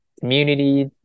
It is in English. community